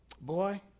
boy